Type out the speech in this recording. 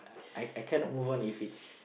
I I can not move if it's